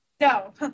No